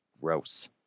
Gross